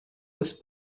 was